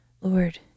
Lord